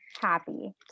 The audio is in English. Happy